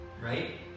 Right